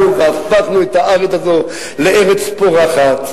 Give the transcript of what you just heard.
אנחנו הפכנו את הארץ הזאת לארץ פורחת,